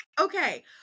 Okay